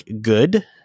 good